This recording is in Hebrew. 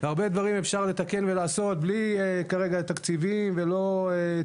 הרבה דברים ניתן לתקן ולעשות בלי תקציבים ותקנים,